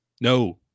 No